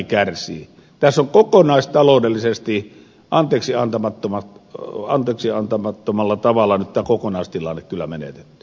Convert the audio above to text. tässä on kokonaistaloudellisesti anteeksiantamattomalla tavalla nyt tämä kokonaistilanne kyllä menetetty